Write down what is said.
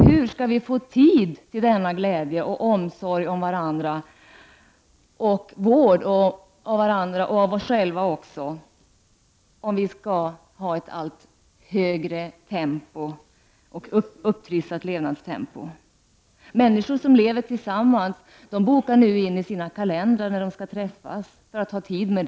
Hur skall vi få tid till denna glädje och omsorg om varandra, vård av både varandra och oss själva om vi skall ha ett alltmer upptrissat levnadstempo? Människor som lever tillsammans bokar in tid i sina kalendrar för att få en chans att träffas.